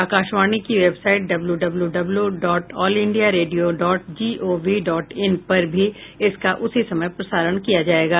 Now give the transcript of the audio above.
आकाशवाणी की website W W W dot all India radio dot gov dot in पर भी इसका उसी समय प्रसारण किया जाएगा